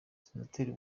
senateri